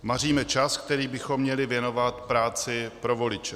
Maříme čas, který bychom měli věnovat práci pro voliče.